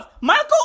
Michael